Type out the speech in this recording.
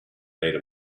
made